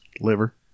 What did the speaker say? Liver